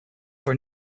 for